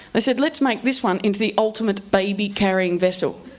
i said let's make this one into the ultimate baby carrying vessel.